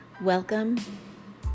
welcome